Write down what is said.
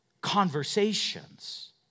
conversations